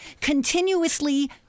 continuously